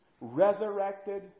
resurrected